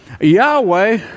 Yahweh